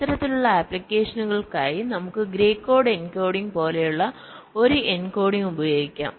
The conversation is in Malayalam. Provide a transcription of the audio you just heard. ഇത്തരത്തിലുള്ള ആപ്ലിക്കേഷനുകൾക്കായി നമുക്ക് ഗ്രേ കോഡ് എൻകോഡിംഗ് പോലെയുള്ള ഒരു എൻകോഡിംഗ് ഉപയോഗിക്കാം